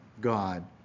God